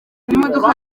imodoka